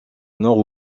nord